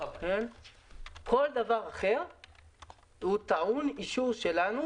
כל דבר אחר טעון אישור שלנו,